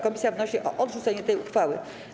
Komisja wnosi o odrzucenie tej uchwały.